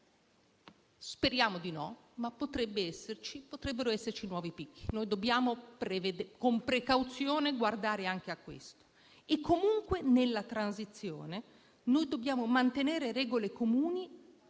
Speriamo di no, ma potrebbero esserci nuovi picchi, e noi dobbiamo con precauzione guardare anche a questo. Comunque, nella transizione dobbiamo mantenere regole comuni